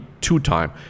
two-time